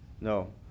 No